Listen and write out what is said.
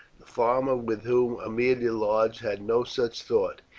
the farmer with whom aemilia lodged had no such thought.